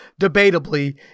debatably